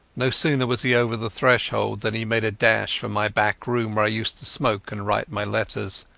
no sooner was he over the threshold than he made a dash for my back room, where i used to smoke and write my letters.